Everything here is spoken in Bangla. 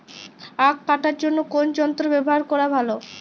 আঁখ কাটার জন্য কোন যন্ত্র ব্যাবহার করা ভালো?